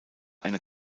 eine